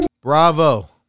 Bravo